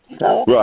right